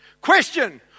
Question